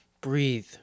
Breathe